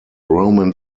roman